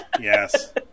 Yes